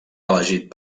elegit